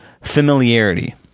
familiarity